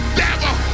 devil